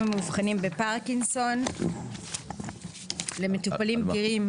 (5) למטופלים המאובחנים בפרקינסון; (6) למטופלים בגירים